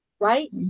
right